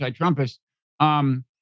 anti-Trumpist